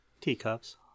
Teacups